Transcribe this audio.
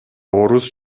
орус